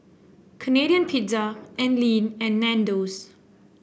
Canadian Pizza Anlene and Nandos